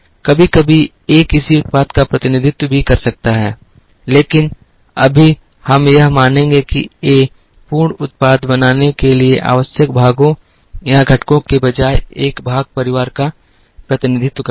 कभी कभी A किसी उत्पाद का प्रतिनिधित्व भी कर सकता है लेकिन अभी हम यह मानेंगे कि A पूर्ण उत्पाद बनाने के लिए आवश्यक भागों या घटकों के बजाय एक भाग परिवार का प्रतिनिधित्व करता है